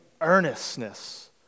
earnestness